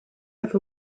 have